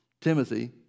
Timothy